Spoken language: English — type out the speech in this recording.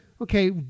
okay